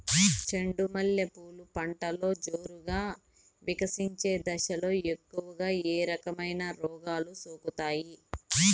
చెండు మల్లె పూలు పంటలో జోరుగా వికసించే దశలో ఎక్కువగా ఏ రకమైన రోగాలు సోకుతాయి?